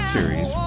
Series